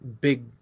big